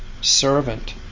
servant